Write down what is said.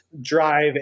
drive